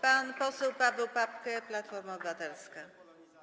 Pan poseł Paweł Papke, Platforma Obywatelska.